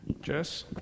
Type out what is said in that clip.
Jess